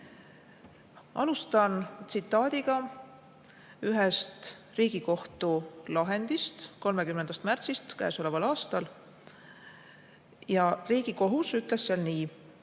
Alustan tsitaadiga ühest Riigikohtu lahendist 30. märtsist käesoleval aastal. Riigikohus ütles seal nii: